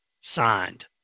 Signed